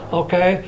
okay